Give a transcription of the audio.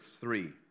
three